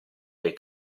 dei